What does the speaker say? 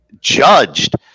judged